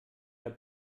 der